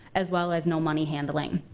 as well as no money handling,